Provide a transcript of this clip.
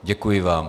Děkuji vám.